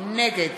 נגד